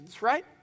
right